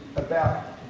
about